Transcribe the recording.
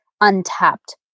untapped